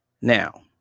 Now